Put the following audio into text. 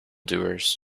doers